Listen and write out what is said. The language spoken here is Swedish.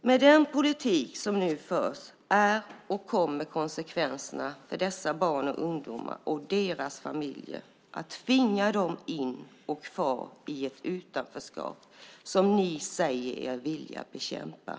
Med den politik som nu förs blir konsekvenserna för dessa barn och ungdomar och deras familjer att de tvingas in i och blir kvar i ett utanförskap som ni säger er vilja bekämpa.